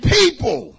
people